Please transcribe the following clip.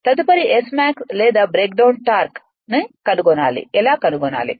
తదుపరి Smax లేదా breakdown torque ఎలా కనుగొనాలి